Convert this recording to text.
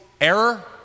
error